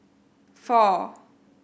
four